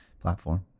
platform